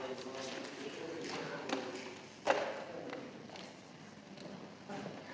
Hvala